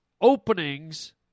openings